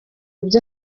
byo